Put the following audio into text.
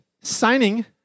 signing